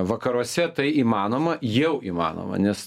vakaruose tai įmanoma jau įmanoma nes